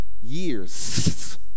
years